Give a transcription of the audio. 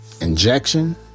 injection